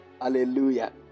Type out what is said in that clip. Hallelujah